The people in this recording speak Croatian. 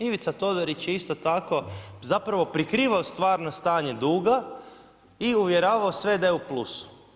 Ivica Todorić je isto tak zapravo prikrivao stvarno stanje duga i uvjeravao sve da je u plusu.